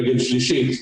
רגל שלישית,